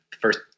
first